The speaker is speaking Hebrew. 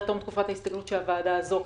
תום תקופת ההסתגלות שהוועדה הזאת קבעה.